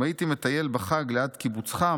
אם הייתי מטייל בחג ליד קיבוצך,